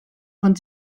von